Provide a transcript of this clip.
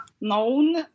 known